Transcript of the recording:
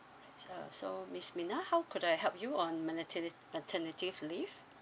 uh so miss mina how could I help you on materni~ maternity leave